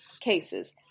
cases